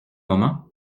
moment